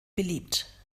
beliebt